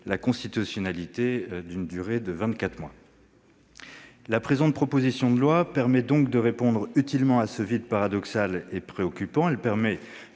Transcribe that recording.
de constitutionnalité. La présente proposition de loi permet donc de répondre utilement à ce vide paradoxal et préoccupant.